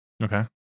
Okay